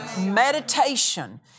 Meditation